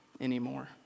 anymore